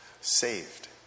saved